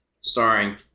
starring